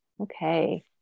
okay